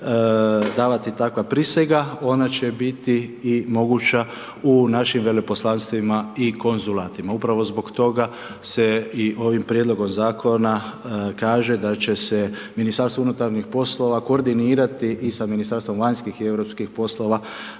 davati takva prisega ona će biti i moguća u našim veleposlanstvima i konzulatima. Upravo zbog toga se i ovim prijedlogom zakona kaže da će se MUP koordinirati i sa Ministarstvom vanjskih i europskih poslova